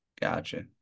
gotcha